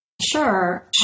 Sure